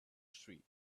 street